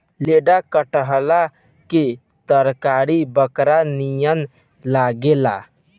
लेढ़ा कटहल के तरकारी बकरा नियन लागेला